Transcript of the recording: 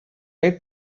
made